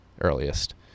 earliest